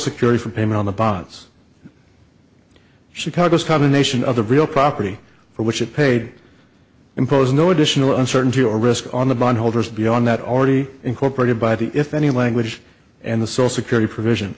security for payment on the bonds chicago's combination of the real property for which it paid imposes no additional uncertainty or risk on the bondholders beyond that already incorporated by the if any language and the so security provision